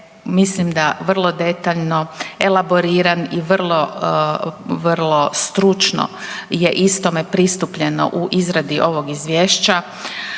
mislim da vrlo detaljno elaboriran i vrlo stručno je istome pristupljeno u izradi ovog izvješća.